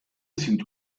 sind